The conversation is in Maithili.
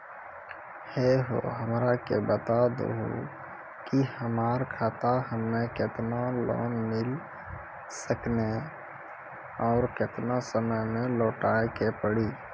है हो हमरा के बता दहु की हमार खाता हम्मे केतना लोन मिल सकने और केतना समय मैं लौटाए के पड़ी?